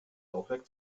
laufwerk